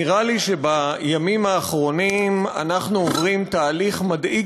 נראה לי שבימים האחרונים אנחנו עוברים תהליך מדאיג